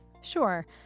Sure